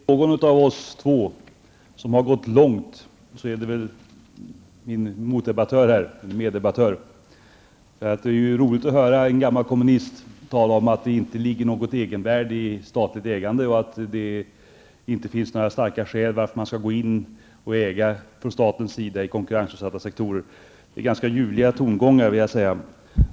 Herr talman! Är det någon av oss två som har gått långt, är det min meddebattör. Det är ju roligt att höra en gammal kommunist tala om att det inte ligger något egenvärde i statligt ägande, och att det inte finns några starka skäl till att staten skall gå in och vara ägare i konkurrensutsatta sektorer. Det är ganska ljuvliga tongångar, vill jag säga.